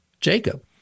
jacob